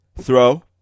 Throw